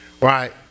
Right